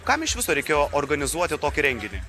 kam iš viso reikėjo organizuoti tokį renginį